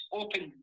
open